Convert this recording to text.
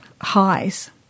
highs